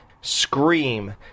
Scream